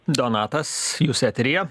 donatas jūs eteryje